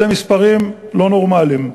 אלה מספרים לא נורמליים.